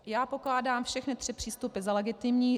Já pokládám všechny tři přístupy za legitimní.